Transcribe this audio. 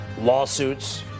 lawsuits